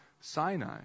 Sinai